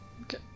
okay